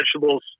vegetables